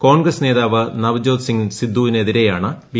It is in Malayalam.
കോൺഗ്രസ് നേതാവ് നവ്ജ്യോത് സിങ് സിദ്ദുവിനെതിരെയാണ് ബി